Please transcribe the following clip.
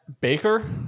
Baker